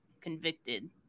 convicted